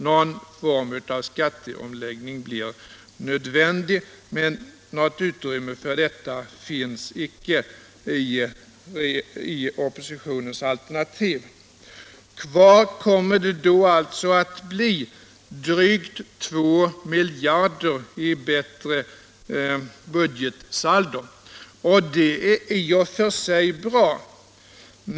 Någon form av skatteomläggning blir nödvändig, men utrymme för detta finns icke i oppositionens alternativ. Här kommer det alltså att bli drygt 2 miljarder i förbättrat budgetsaldo och det är i och för sig bra.